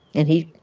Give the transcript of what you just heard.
and he.